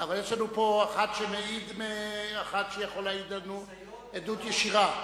אבל יש לנו פה אחד שיכול להעיד עדות ישירה,